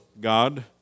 God